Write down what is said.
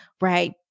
right